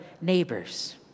neighbors